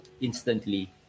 instantly